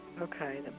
Okay